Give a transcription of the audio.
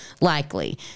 likely